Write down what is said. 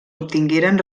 obtingueren